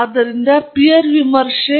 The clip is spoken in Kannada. ಆದ್ದರಿಂದ ಇದು ಪೀರ್ ವಿಮರ್ಶೆ